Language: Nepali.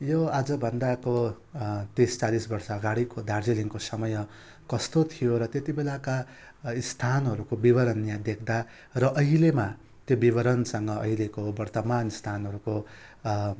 यो आज भन्दाको तिस चालिस वर्ष अगाडिको दार्जिलिङको समयमा कस्तो थियो र त्यति बेलाका स्थानहरूको विवरण यहाँ देख्दा र अहिलेमा त्यो विवरणसँग अहिलेको वर्तमान स्थानहरूको